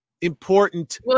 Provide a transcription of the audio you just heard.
important